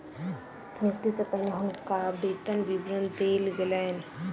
नियुक्ति सॅ पहिने हुनका वेतन विवरण देल गेलैन